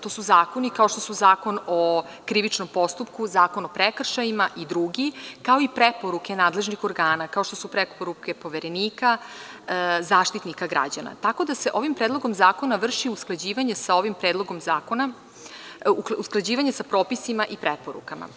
To su zakoni kao što su Zakon o krivičnom postupku, Zakon o prekršajima i drugi, kao i preporuke nadležnih organa, kao što su preporuke Poverenika, Zaštitnika građana, tako da se ovim predlogom zakona vrši usklađivanje sa propisima i preporukama.